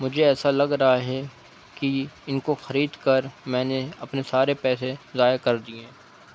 مجھے ایسا لگ رہا ہے کہ ان کو خرید کر میں نے اپنے سارے پیسے ضائع کر دیے